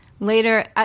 Later